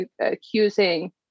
accusing